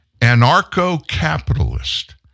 anarcho-capitalist